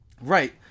right